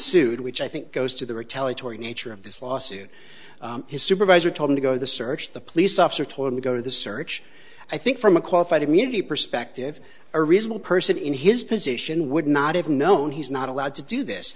sued which i think goes to the retaliatory nature of this lawsuit his supervisor told him to go to the search the police officer told him to go to the search i think from a qualified immunity perspective a reasonable person in his position would not have known he's not allowed to do this